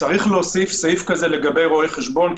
צריך להוסיף סעיף כזה לגבי רואי חשבון,